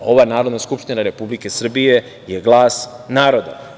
Ova Narodna skupština Republike Srbije je glasa naroda.